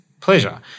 pleasure